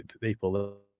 people